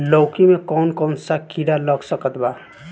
लौकी मे कौन कौन सा कीड़ा लग सकता बा?